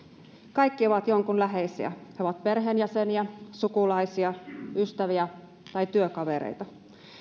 kaikki ovat jonkun läheisiä he ovat perheenjäseniä sukulaisia ystäviä tai työkavereita